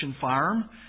farm